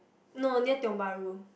no near Tiong-Bahru